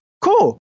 cool